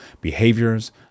behaviors